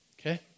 Okay